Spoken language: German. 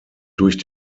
durch